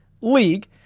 league